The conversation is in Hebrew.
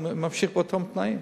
והוא ממשיך באותם תנאים